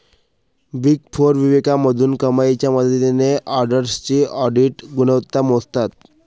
big four विवेकाधीन कमाईच्या मदतीने ऑडिटर्सची ऑडिट गुणवत्ता मोजतात